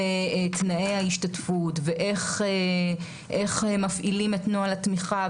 תנאי ההשתתפות ואיך מפעילים את נוהל התמיכה,